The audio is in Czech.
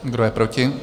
Kdo je proti?